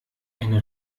eine